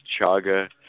chaga